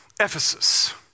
Ephesus